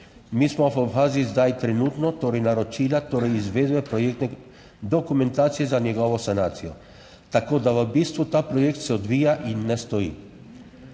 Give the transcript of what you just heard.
Mi smo v fazi zdaj trenutno, torej naročila, torej izvedbe projektne dokumentacije za njegovo sanacijo, tako da v bistvu ta projekt se odvija **95.